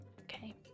Okay